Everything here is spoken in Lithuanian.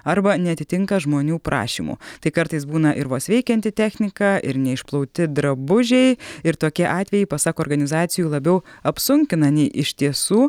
arba neatitinka žmonių prašymų tai kartais būna ir vos veikianti technika ir neišplauti drabužiai ir tokie atvejai pasak organizacijų labiau apsunkina nei iš tiesų